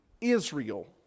Israel